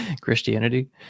christianity